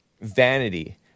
vanity